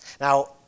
Now